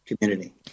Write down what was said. community